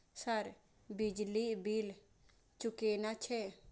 Sir बिजली bill चूकेना छे?